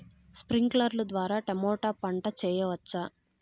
స్ప్రింక్లర్లు ద్వారా టమోటా పంట చేయవచ్చా?